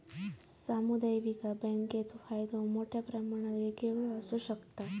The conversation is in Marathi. सामुदायिक विकास बँकेचो फायदो मोठ्या प्रमाणात वेगवेगळो आसू शकता